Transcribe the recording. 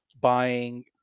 buying